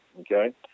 okay